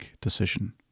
decision